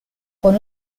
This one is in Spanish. con